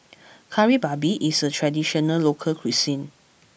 Kari Babi is a traditional local cuisine